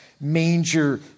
manger